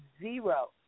zero